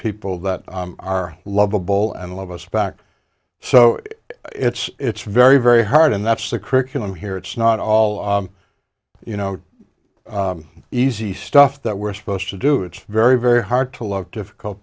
people that are lovable and love us back so it's very very hard and that's the curriculum here it's not all you know easy stuff that we're supposed to do it's very very hard to look difficult